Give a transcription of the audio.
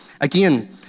again